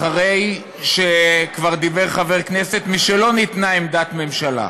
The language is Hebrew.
אחרי שכבר דיבר חבר כנסת משלא ניתנה עמדת ממשלה,